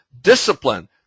discipline